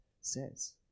says